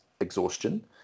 exhaustion